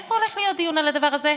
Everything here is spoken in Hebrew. איפה יהיה דיון על הדבר הזה?